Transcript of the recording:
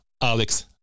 Alex